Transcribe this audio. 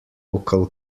local